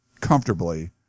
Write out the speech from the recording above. comfortably